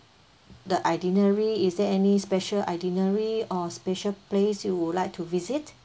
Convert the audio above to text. the itinerary is there any special itinerary or special place you would like to visit